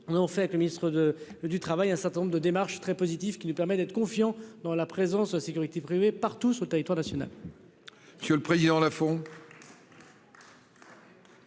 En fait le ministre de, du travail un certain nombre de démarches très positif qui lui permet d'être confiant dans la présence sécurité privée partout sur le territoire national.